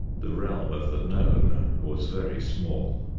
the realm of the known was very small.